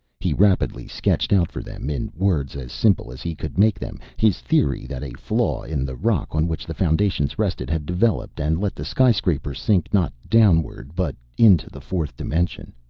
he rapidly sketched out for them, in words as simple as he could make them, his theory that a flaw in the rock on which the foundations rested had developed and let the skyscraper sink, not downward, but into the fourth dimension.